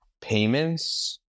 payments